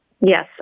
Yes